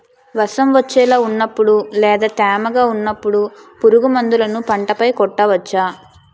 వర్షం వచ్చేలా వున్నపుడు లేదా తేమగా వున్నపుడు పురుగు మందులను పంట పై కొట్టవచ్చ?